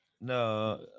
no